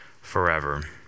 forever